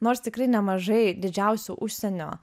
nors tikrai nemažai didžiausių užsienio